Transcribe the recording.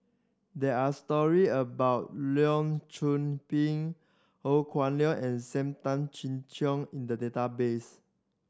there are story about Leong Pin Ho Kah Leong and Sam Tan Chin Siong in the database